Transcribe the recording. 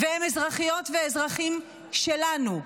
והם אזרחיות ואזרחים שלנו,